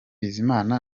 bizimana